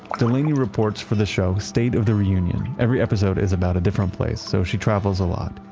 delaney reports for the show state of the re union. every episode is about a different place. so, she travels a lot.